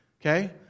okay